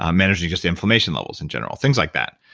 um managing just the inflammation levels in general, things like that.